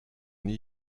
nie